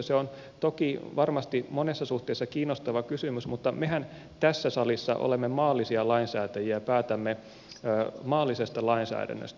se on toki varmasti monessa suhteessa kiinnostava kysymys mutta mehän tässä salissa olemme maallisia lainsäätäjiä ja päätämme maallisesta lainsäädännöstä